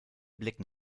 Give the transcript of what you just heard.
blicken